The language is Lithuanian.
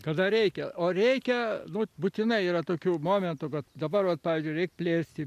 kada reikia o reikia vat būtinai yra tokių momentų kad dabar vat pavyzdžiui reik plėsti